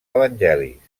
evangelis